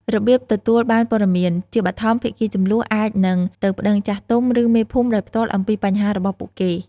របៀបទទួលបានព័ត៌មាន ជាបឋម ភាគីជម្លោះ អាចនឹងទៅប្ដឹងចាស់ទុំ ឬមេភូមិដោយផ្ទាល់អំពីបញ្ហារបស់ពួកគេ។